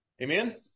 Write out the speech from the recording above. Amen